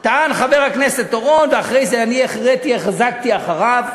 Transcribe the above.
טען חבר הכנסת אורון, ואחרי זה אני החזקתי אחריו,